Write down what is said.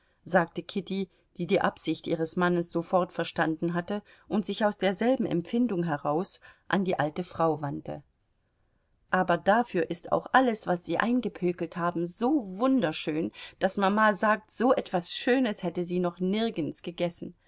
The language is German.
sagte kitty die die absicht ihres mannes sofort verstanden hatte und sich aus derselben empfindung heraus an die alte frau wandte aber dafür ist auch alles was sie eingepökelt haben so wunderschön daß mama sagt so etwas schönes hätte sie noch nirgends gegessen